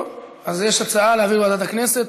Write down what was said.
טוב, אז יש הצעה להעביר לוועדת הכנסת.